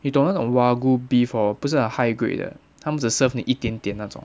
你懂那种 wagyu beef hor 不是很 high grade 的他们只 serve 你一点点那种